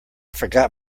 forgot